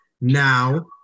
Now